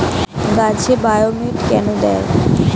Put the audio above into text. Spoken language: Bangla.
গাছে বায়োমেট কেন দেয়?